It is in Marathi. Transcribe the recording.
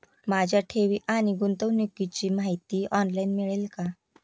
माझ्या ठेवी आणि गुंतवणुकीची माहिती ऑनलाइन मिळेल का?